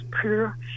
pure